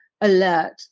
alert